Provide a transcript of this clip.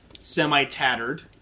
semi-tattered